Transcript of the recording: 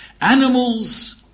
Animals